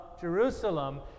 Jerusalem